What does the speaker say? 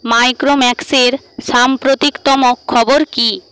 মাইক্রোম্যাক্সের সাম্প্রতিকতম খবর কী